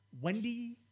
Wendy